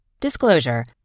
Disclosure